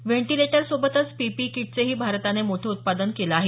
व्हेंटिलेटरसोबतच PPE किटचेही भारातने मोठे उत्पादन केले आहे